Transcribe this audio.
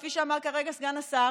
כפי שאמר כרגע סגן השר,